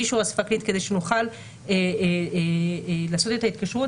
אישור האספה הכללית כדי שהוא יוכל לעשות את ההתקשרות